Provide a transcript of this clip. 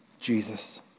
Jesus